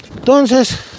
Entonces